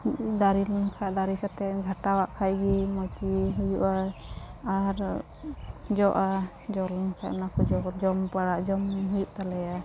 ᱫᱟᱨᱮᱞᱮᱱ ᱠᱷᱟᱡ ᱫᱟᱨᱮ ᱠᱟᱛᱮᱫ ᱡᱷᱟᱴᱟᱣᱟᱜ ᱠᱷᱟᱡᱜᱮ ᱢᱚᱡᱽᱜᱮ ᱦᱩᱭᱩᱜᱼᱟ ᱟᱨ ᱡᱚᱜᱼᱟ ᱡᱚᱞᱮᱱ ᱠᱷᱟᱡ ᱚᱱᱟᱠᱚ ᱡᱚ ᱡᱚᱢᱵᱟᱲᱟ ᱡᱚᱢᱼᱧᱩ ᱦᱩᱭᱩᱜ ᱛᱟᱞᱮᱭᱟ